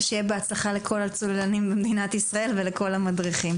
שיהיה בהצלחה לכל הצוללנים במדינת ישראל ולכל המדריכים.